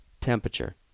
Temperature